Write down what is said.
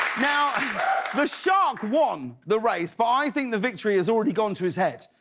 now the shark won the race. but i think the victory has already gone to his head.